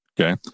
Okay